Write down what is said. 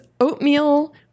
oatmeal